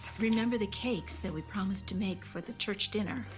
remember the cakes that we promised to make for the church dinner.